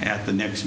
at the next